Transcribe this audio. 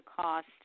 cost